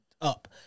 up